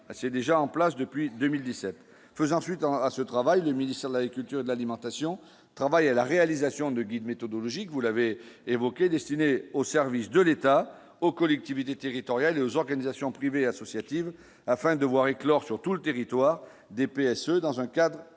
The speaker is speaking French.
c'est déjà en place depuis 2017 faisant suite dans ce travail, le ministère de l'Agriculture, de l'alimentation, travaille à la réalisation de guide méthodologique, vous l'avez évoqué destinés aux services de l'État aux collectivités territoriales et aux organisations privées associatives afin de voir éclore sur tout le territoire DPS ce dans un cadre